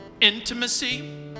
intimacy